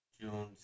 June